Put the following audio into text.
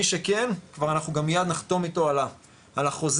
מי שכן מיד אנחנו נחתום איתו על החוזים